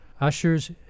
Ushers